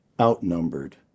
outnumbered